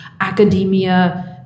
academia